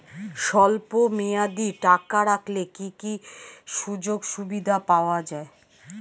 স্বল্পমেয়াদী টাকা রাখলে কি কি সুযোগ সুবিধা পাওয়া যাবে?